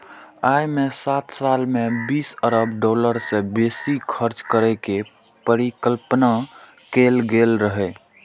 अय मे सात साल मे बीस अरब डॉलर सं बेसी खर्च करै के परिकल्पना कैल गेल रहै